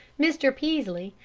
mr. peaslee,